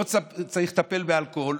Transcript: לא צריך לטפל באלכוהול,